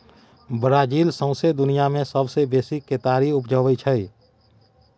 Brazil सौंसे दुनियाँ मे सबसँ बेसी केतारी उपजाबै छै